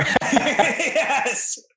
Yes